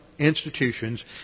Institutions